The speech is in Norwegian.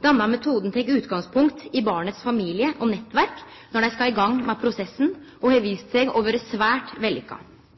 Denne metoden tek utgangspunkt i barnets familie og nettverk når dei skal i gang med prosessen, og har vist seg å vere svært